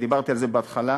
דיברתי על זה בהתחלה.